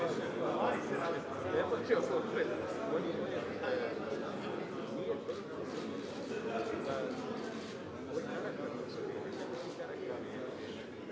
Hvala vama.